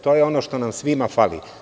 To je ono što nam svima fali.